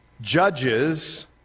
judges